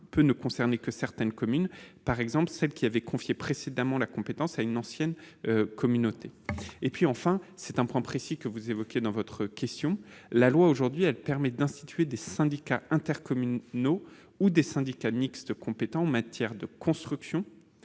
peut ne concerner que certaines communes, par exemple celles qui avaient précédemment confié la compétence concernée à une ancienne communauté. Enfin, j'en viens à un point précis que vous évoquez dans votre question : la loi permet aujourd'hui d'instituer des syndicats intercommunaux ou des syndicats mixtes compétents en matière de construction